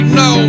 no